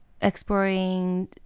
exploring